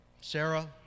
Sarah